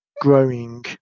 growing